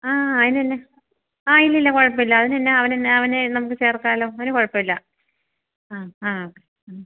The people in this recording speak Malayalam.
ആ അതിനെന്താ ആ ഇല്ല ഇല്ല കുഴപ്പം ഇല്ല അതിനെന്താ അവൻ എന്താണ് അവനെ നമുക്ക് ചേർക്കാമല്ലോ അതിന് കുഴപ്പം ഇല്ല അ ആ